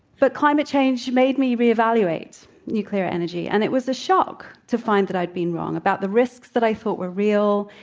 but climate change made me reevaluate nuclear energy. and it was a shock to find that i'd been wrong about the risks that i thought were real,